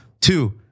two